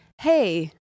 hey